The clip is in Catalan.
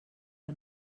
que